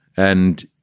and,